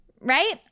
right